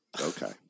Okay